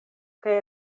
kaj